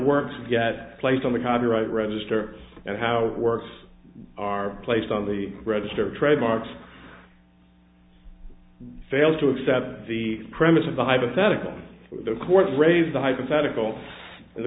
works to get placed on the copyright register and how it works are placed on the register trademarks fail to accept the premise of the hypothetical the court raised the hypothetical in the